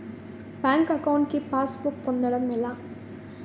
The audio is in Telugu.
బ్యాంక్ అకౌంట్ కి పాస్ బుక్ పొందడం ఎలా?